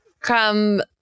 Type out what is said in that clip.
come